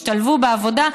השתלבו בעבודה,